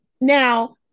now